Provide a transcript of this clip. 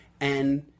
and-